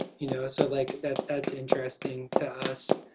you know. so like that that's interesting to us.